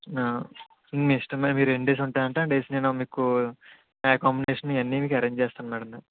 మీ ఇష్టం మ్యాడమ్ మీరు ఎన్ని డేస్ ఉంటారు అంటే అన్నీ డేస్ నేను మీకు అకామోడేషన్ ఇవన్నీ మీకు ఎరేంజ్ చేస్తాను మ్యాడమ్